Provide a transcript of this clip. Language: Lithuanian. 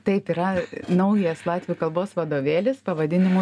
taip yra naujas latvių kalbos vadovėlis pavadinimu